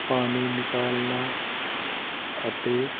ਪਾਣੀ ਨਿਕਾਲਣਾ ਅਤੇ